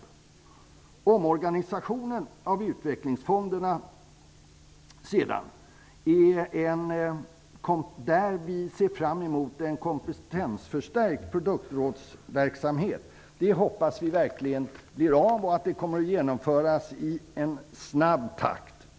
Vad gäller omorganisationen av utvecklingsfonderna ser vi fram emot en kompetensförstärkt produktrådsverksamhet. Vi hoppas att det blir av och kommer att genomföras i snabb takt.